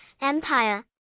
Empire